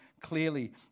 clearly